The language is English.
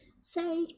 say